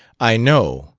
i know,